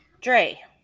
Dre